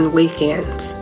weekends